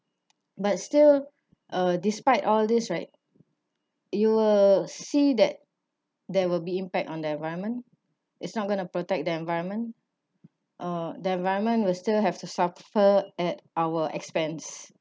but still uh despite all this right you will see that there will be impact on the environment it's not gonna to protect the environment or the environment will still have to suffer at our expense